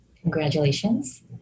Congratulations